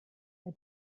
bei